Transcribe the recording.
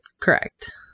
Correct